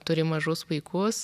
turi mažus vaikus